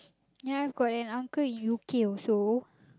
yeah got an uncle you queue so